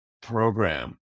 program